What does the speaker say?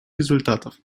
результатов